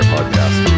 podcast